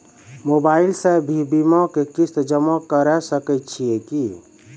Mobile से भी बीमा के किस्त जमा करै सकैय छियै कि?